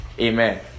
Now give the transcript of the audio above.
Amen